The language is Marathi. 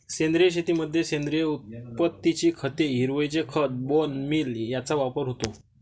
सेंद्रिय शेतीमध्ये सेंद्रिय उत्पत्तीची खते, हिरवळीचे खत, बोन मील यांचा वापर होतो